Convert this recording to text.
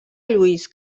lluís